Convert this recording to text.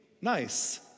nice